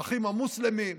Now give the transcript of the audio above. האחים המוסלמים,